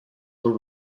were